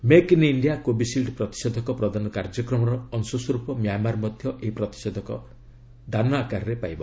make in India Covishield ପ୍ରତିଷେଧକ ପ୍ରଦାନ କାର୍ଯ୍ୟକ୍ରମର ଅଂଶସ୍ୱରୂପ ମ୍ୟାମାର ମଧ୍ୟ ଏହି ପ୍ରତିଷେଧକ ଦାନ ଆକାରରେ ପାଇବ